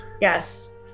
Yes